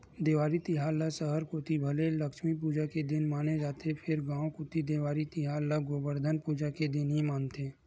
देवारी तिहार ल सहर कोती भले लक्छमी पूजा के दिन माने जाथे फेर गांव कोती देवारी तिहार ल गोबरधन पूजा के दिन ही मानथे